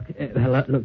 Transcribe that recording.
Look